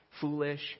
foolish